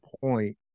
point